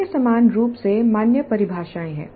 अन्य समान रूप से मान्य परिभाषाएँ हैं